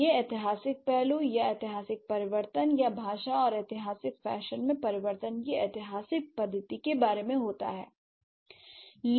तो यह ऐतिहासिक पहलू या ऐतिहासिक परिवर्तन या भाषा और ऐतिहासिक फैशन में परिवर्तन की ऐतिहासिक पद्धति के बारे में है